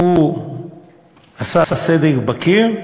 הוא עשה סדק בקיר,